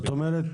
זאת אומרת,